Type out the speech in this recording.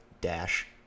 dash